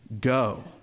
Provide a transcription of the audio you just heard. go